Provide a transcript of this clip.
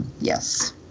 Yes